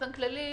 באופן כללי,